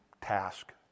task